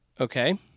Okay